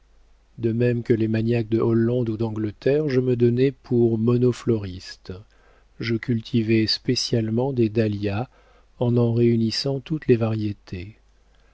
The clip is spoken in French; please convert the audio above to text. de même que les maniaques de hollande ou d'angleterre je me donnai pour monofloriste je cultivai spécialement des dahlias en en réunissant toutes les variétés